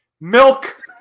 Milk